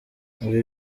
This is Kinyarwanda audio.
ibi